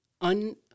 un-